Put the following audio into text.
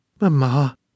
Mamma